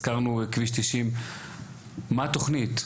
הזכרנו כביש 90. מה התוכנית?